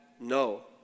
No